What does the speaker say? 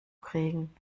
kriegen